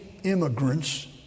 immigrants